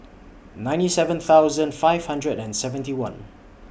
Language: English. ninety seven thousand five hundred and seventy one